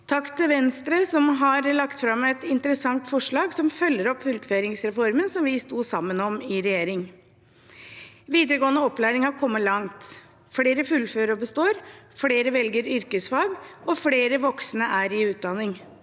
Takk til Venstre, som har lagt fram et interessant forslag, som følger opp fullføringsreformen som vi sto sammen om i regjering. Videregående opplæring har kommet langt – flere fullfører og består, flere velger yrkesfag, og flere voksne er i utdanning.